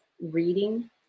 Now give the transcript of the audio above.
Reading